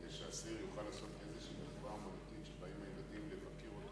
כדי שאסיר יוכל לעשות איזושהי מחווה כשבאים הילדים לבקר אותו,